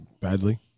badly